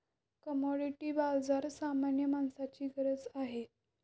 commodity बाजार सामान्य माणसाची गरज आहे